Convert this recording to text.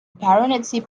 baronetcy